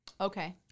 Okay